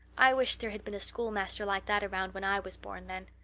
i wish there had been a schoolmaster like that around when i was born, then.